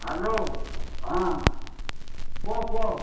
hello ହଁ କୁହ କୁହ